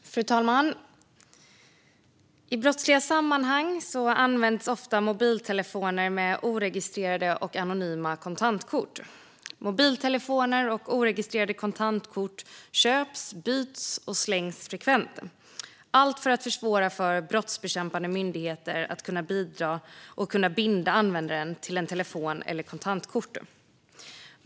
Registrering av kon-tantkort - förbättrad tillgång till uppgifter för brottsbekämpande myndigheter Fru talman! I brottsliga sammanhang används ofta mobiltelefoner med oregistrerade och anonyma kontantkort. Mobiltelefoner och oregistrerade kontantkort köps, byts och slängs frekvent - allt för att försvåra för brottsbekämpande myndigheter att binda användaren till en telefon eller ett kontantkort.